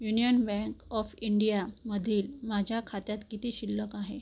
union bank of इंडियामधील माझ्या खात्यात किती शिल्लक आहे